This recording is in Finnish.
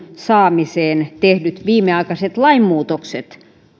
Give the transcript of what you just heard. saamiseen tehdyt viimeaikaiset lainmuutokset